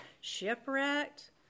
shipwrecked